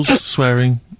swearing